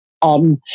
on